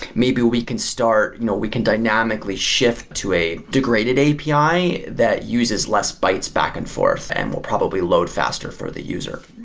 maybe we can start you know we can dynamically shift to a degraded api that uses less bites back and forth and will probably load faster for the user.